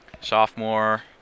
sophomore